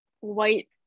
white